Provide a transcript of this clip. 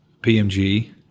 PMG